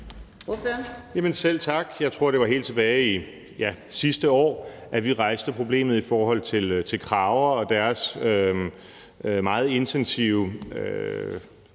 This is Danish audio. Selv tak. Jeg tror, det var så langt tilbage som sidste år, at vi rejste problemet i forhold til krager og deres meget intensive